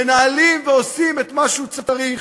מנהלים ועושים את מה שהוא צריך,